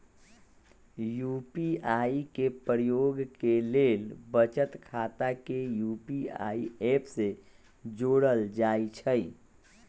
UPI के प्रयोग के लेल बचत खता के यू.पी.आई ऐप से जोड़ल जाइ छइ